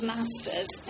Masters